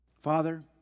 Father